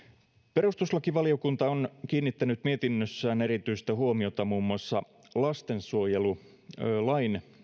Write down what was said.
perustuslakivaliokunta on kiinnittänyt mietinnössään erityistä huomiota muun muassa lastensuojelulain